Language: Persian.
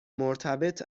مرتبط